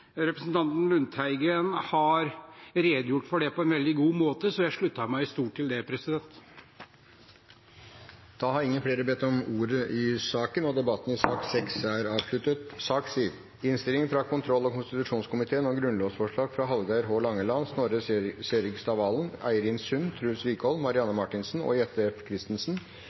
representanten Per Olaf Lundteigen har redegjort for det på en veldig god måte, så jeg slutter meg i stort til det. Flere har ikke bedt om ordet til sak nr. 6. Denne saken gjelder grunnlovsforslag fra Hallgeir H. Langeland, Snorre Serigstad Valen, Eirin Sund, Truls Wickholm, Marianne Marthinsen og Jette F. Christensen